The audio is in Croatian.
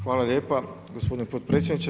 Hvala lijepa gospodine potpredsjedniče.